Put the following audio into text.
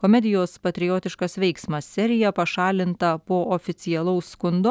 komedijos patriotiškas veiksmas seriją pašalinta po oficialaus skundo